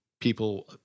People